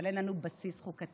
אבל אין לנו בסיס חוקתי.